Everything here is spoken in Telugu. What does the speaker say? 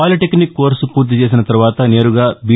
పాలిటెక్నిక్ కోర్సు పూర్తిచేసిన తర్వాత నేరుగా బి